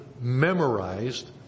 memorized